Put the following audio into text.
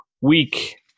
week